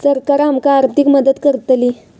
सरकार आमका आर्थिक मदत करतली?